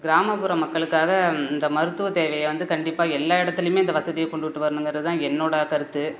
கிராமப்புற மக்களுக்காக இந்த மருத்துவ தேவையை வந்து கண்டிப்பாக எல்லா இடத்துலையுமே இந்த வசதியை கொண்டுகிட்டு வரணுங்கிறது தான் என்னோடய கருத்து